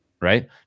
Right